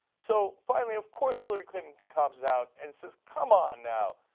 so finally of course hillary clinton comes out and says come on now,